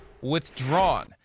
withdrawn